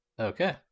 Okay